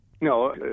No